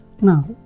Now